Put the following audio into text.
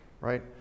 right